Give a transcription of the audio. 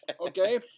Okay